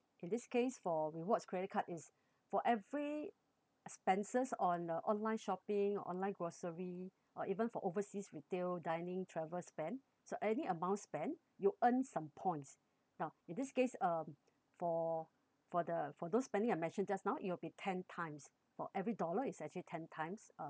in this case for rewards credit card is for every expenses on the online shopping online grocery or even for overseas retail dining travel spent so any amount spent you earn some points now in this case um for for the for those spending I mentioned just now it'll be ten times for every dollar is actually ten times uh